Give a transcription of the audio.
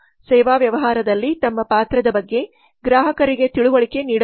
ಸೇವಾ ವ್ಯವಹಾರದಲ್ಲಿ ತಮ್ಮ ಪಾತ್ರದ ಬಗ್ಗೆ ಗ್ರಾಹಕರಿಗೆ ತಿಳುವಳಿಕೆ ನೀಡಬೇಕು